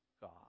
God